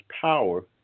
power